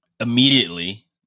Immediately